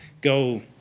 go